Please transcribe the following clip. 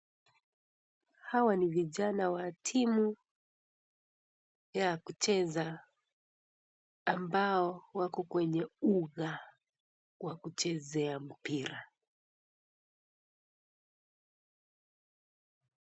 Hawa ni vijana wa timu ya kucheza ambao wako kwenye uga wa kuchezea mpira.